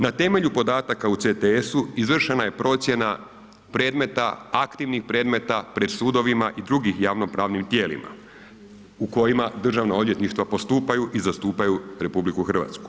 Na temelju podataka u CTS-u izvršena je procjena predmeta, aktivnih predmeta pred sudovima i drugim javno-pravnim tijelima u kojima državna odvjetništva postupaju i zastupaju RH.